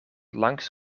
langs